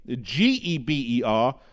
G-E-B-E-R